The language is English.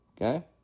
okay